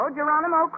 Geronimo